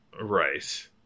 Right